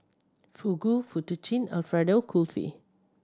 Fugu Fettuccine Alfredo Kulfi